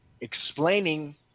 explaining